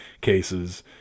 cases